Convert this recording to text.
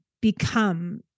become